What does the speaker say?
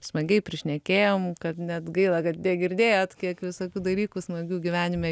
smagiai prišnekėjom kad net gaila kad negirdėjot kiek visokių dalykų smagių gyvenime